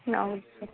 ನಾವು ಸರ್